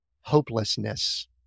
hopelessness